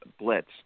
Blitz